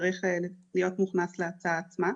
צריך להיות מוכנס להצעה עצמה.